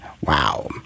Wow